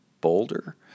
Boulder